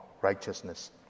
righteousness